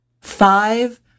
Five